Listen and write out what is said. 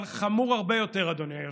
אבל חמור הרבה יותר, אדוני היושב-ראש,